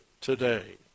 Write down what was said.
today